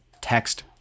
text